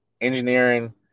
engineering